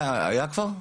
יום האלכוהול היה כבר?